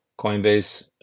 Coinbase